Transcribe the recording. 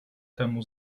temu